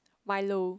Milo